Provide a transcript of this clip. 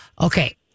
Okay